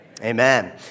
Amen